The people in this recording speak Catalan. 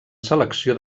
selecció